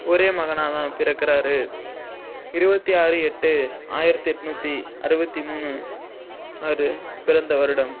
ஒரே மகனாகதான் பிறக்குறார் இருபத்தி ஆறு எட்டு ஆயிரத்து எட்நூற்றி அறுபத்தி மூணு அவர் பிறந்த வருடம்